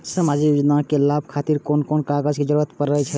सामाजिक योजना के लाभक खातिर कोन कोन कागज के जरुरत परै छै?